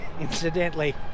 incidentally